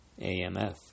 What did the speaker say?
AMF